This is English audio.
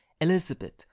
elizabeth